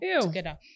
together